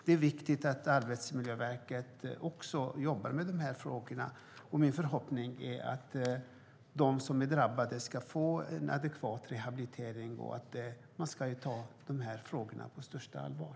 Det är viktigt att Arbetsmiljöverket också jobbar med de här frågorna. Min förhoppning är att de som är drabbade ska få en adekvat rehabilitering och att man ska ta de här frågorna på största allvar.